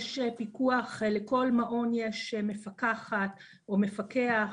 לכל מעון יש מפקחת או מפקח.